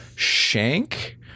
Shank